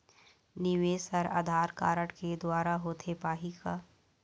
निवेश हर आधार कारड के द्वारा होथे पाही का?